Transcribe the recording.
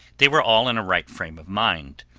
they were all in a right frame of mind,